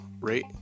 rate